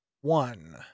one